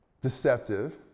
deceptive